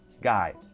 guy